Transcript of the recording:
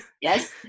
Yes